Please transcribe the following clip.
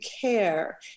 care